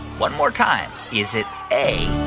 one more time. is it a,